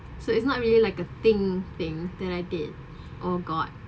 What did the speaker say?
so it's not really like a thing thing that I did or got